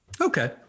Okay